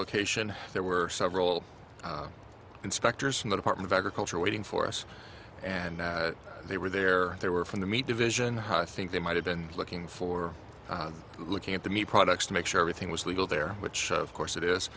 location there were several inspectors from the department of agriculture waiting for us and they were there they were from the meat division ha think they might have been looking for looking at the meat products to make sure everything was legal there which of course it is